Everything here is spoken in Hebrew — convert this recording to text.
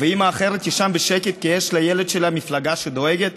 ואימא אחרת תישן בשקט כי יש לילד שלה מפלגה שדואגת?